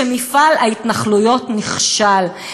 שמפעל ההתנחלויות נכשל.